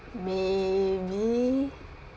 maybe